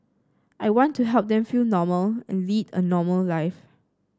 I want to help them feel normal and lead a normal life